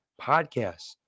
podcasts